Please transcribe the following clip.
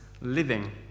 living